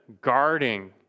guarding